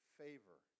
favor